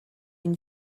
une